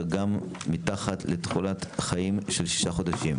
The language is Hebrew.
וגם מתחת לתחולת חיים של שישה חודשים.